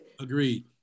Agreed